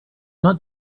not